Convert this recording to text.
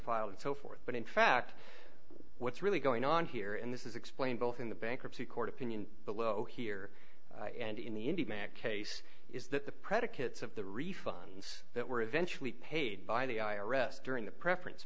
filed and so forth but in fact what's really going on here and this is explained both in the bankruptcy court opinion below here and in the indy mac's case is that the predicates of the refunds that were eventually paid by the i r s during the preference